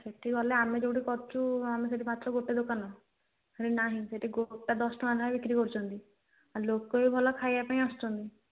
ସେଠି ଗଲେ ଆମେ ଯୋଉଠି କରୁଛୁ ଆମେ ସେଠି ମାତ୍ର ଗୋଟେ ଦୋକାନ ସେଠି ନାହିଁ ସେଠି ଗୋଟା ଦଶ ଟଙ୍କା ଯାଏଁ ବିକ୍ରି କରୁଛନ୍ତି ଆଉ ଲୋକ ବି ଭଲ ଖାଇବା ପାଇଁ ଆସୁଛନ୍ତି